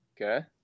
Okay